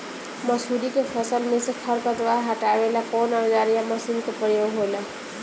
मसुरी के फसल मे से खरपतवार हटावेला कवन औजार या मशीन का प्रयोंग होला?